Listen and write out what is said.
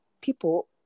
people